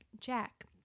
Jack